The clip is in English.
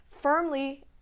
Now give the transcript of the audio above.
firmly